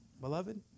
beloved